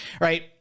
right